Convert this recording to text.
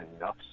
enough